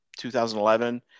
2011